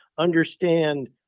understand